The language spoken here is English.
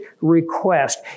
request